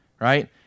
right